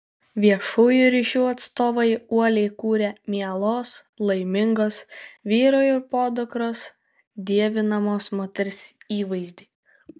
viešųjų ryšių atstovai uoliai kūrė mielos laimingos vyro ir podukros dievinamos moters įvaizdį